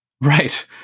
Right